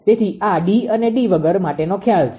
તેથી આ D અને D વગર માટેનો ખ્યાલ છે